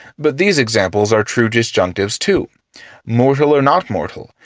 but these examples are true disjunctives too mortal or not mortal,